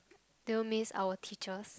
do you miss our teachers